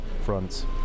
fronts